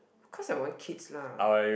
course I want kids lah